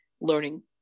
learning